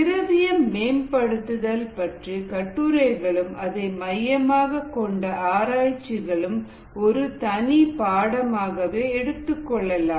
திரவியம் மேம்படுத்துதல் பற்றிய கட்டுரைகளும் அதை மையமாகக் கொண்ட ஆராய்ச்சிகளும் ஒரு தனி பாடமாகவே எடுத்துக்கொள்ளலாம்